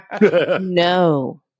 no